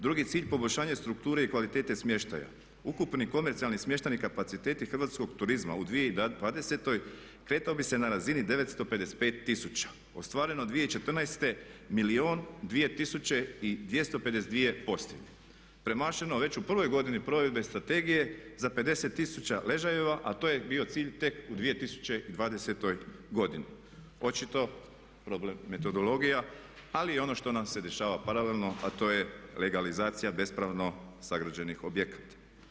Drugi cilj - poboljšanje strukture i kvalitete smještaja, ukupni komercijalni smješteni kapaciteti hrvatskog turizma u 2020. kretao bi se na razini 955 tisuća, ostvareno 2014. milijun 2252 pozitivne, premašeno već u prvoj godini provedbe strategije za 50 tisuća ležajeva a to je bio cilj tek u 2020.godini, očito problem metodologija ali i ono što nam se dešava paralelno a to je legalizacija bespravno sagrađenih objekata.